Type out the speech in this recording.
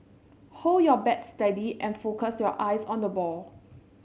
hold your bat steady and focus your eyes on the ball